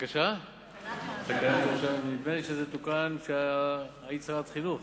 נדמה לי שזה תוקן כשהיית שרת החינוך.